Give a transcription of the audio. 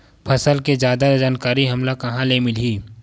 फसल के जादा जानकारी हमला कहां ले मिलही?